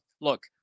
look